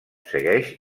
segueix